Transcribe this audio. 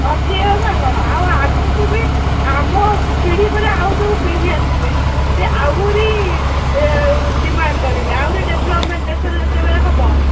ଅଛି ଆଉ ନା କ'ଣ ଆଉ ଆଗକୁ ବି ଆମ ପିଢ଼ି ପରେ ଆଉ ଯୋଉ ପିଢ଼ି ଆସିବେ ସେ ଆହୁରି ଡିମାଣ୍ଡ୍ କରିବେ ଆହୁରି ଡେଭଲପ୍ମେଣ୍ଟ୍ ଦେଶରେ ଯେତେବେଳେ ହେବ